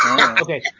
Okay